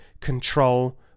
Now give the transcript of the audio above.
control